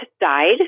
died